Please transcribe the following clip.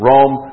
Rome